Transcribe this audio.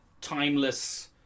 timeless